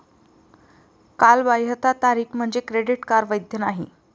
कालबाह्यता तारीख म्हणजे क्रेडिट कार्ड वैध नाही